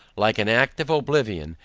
like an act of oblivion,